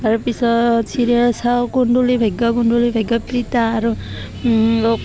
তাৰপিছত ছিৰিয়েল চাওঁ কুণ্ডলী ভাগ্য কুণ্ডলি ভাগ্য প্ৰীতা আৰু